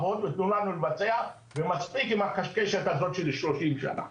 תנו לנו לעבוד ותנו לנו לבצע ומספיק עם הקשקשת של שלושים שנה.